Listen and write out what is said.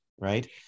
Right